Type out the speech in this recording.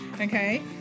Okay